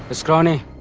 ah scrawney,